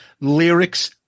Lyrics